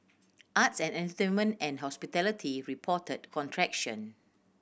arts and entertainment and hospitality reported contraction